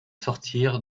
sortir